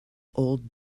old